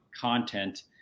content